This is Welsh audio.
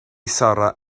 sarra